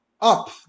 up